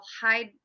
hide